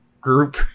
group